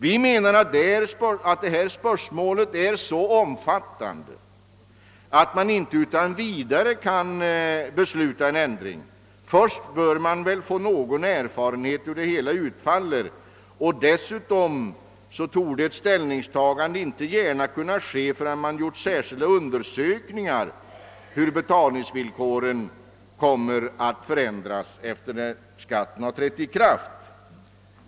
Vi anser att detta spörsmål är så omfattande, att man inte utan vidare kan besluta en ändring; först bör man få någon erfarenhet av hur det hela utfaller. Dessutom torde man inte gärna kunna ta ställning härvidlag förrän man gjort särskilda undersökningar om hur betalningsvillkoren kommer att för ändras efter det att skatten trätt i kraft.